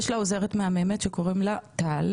יש לה עוזרת מהממת שקוראים לה טל